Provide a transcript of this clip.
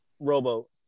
Robo